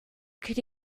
could